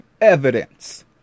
evidence